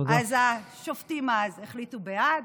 אז השופטים החליטו בעד,